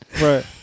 right